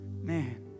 man